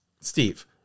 Steve